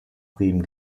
bremen